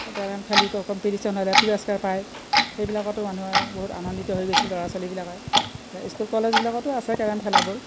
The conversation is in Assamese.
কেৰম খেলি কম্পিটিশ্যন হয় পুৰস্কাৰ পায় সেইবিলাকতো মানুহৰ বহুত আনন্দিত হৈ গৈছিল ল'ৰা ছোৱালীবিলাকে স্কুল কলেজবিলাকতো আছে কেৰম খেলাবোৰ